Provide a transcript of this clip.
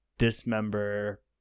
dismember